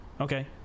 Okay